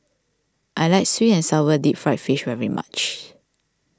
I like Sweet and Sour Deep Fried Fish very much